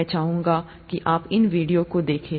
मैं चाहूंगा कि आप इन वीडियो को देखें